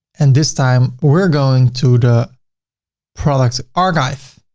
and this time we're going to, the products archive.